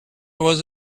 was